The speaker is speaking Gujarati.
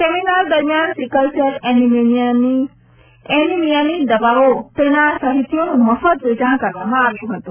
સેમિનાર દરમ્યાન સિકલસેલ એનિમિયા ની દવાઓ તેના સાહિત્યોનું મફત વેચાણ કરવામાં આવ્યું હતું